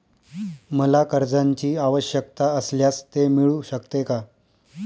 मला कर्जांची आवश्यकता असल्यास ते मिळू शकते का?